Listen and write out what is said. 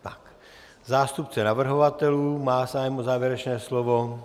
Má zástupce navrhovatelů zájem o závěrečné slovo?